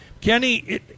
Kenny